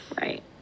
Right